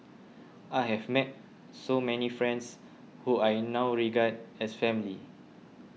I have met so many friends who I now regard as family